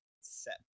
set